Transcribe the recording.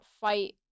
fight